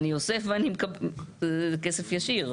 כסף ישיר.